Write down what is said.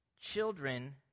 children